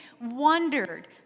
wondered